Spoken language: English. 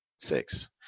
six